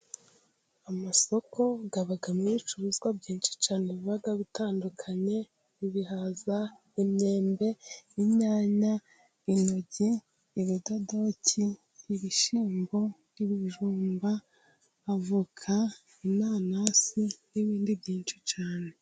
Amasoko abamo ibicuruzwa byinshi cyane biba bitandukanye, ibihaza, imyembe, inyanya. intoryi, ibidodoki, ibishyimbo, ,ibijumba, avoka, inanasi n'ibindi byinshi cyane.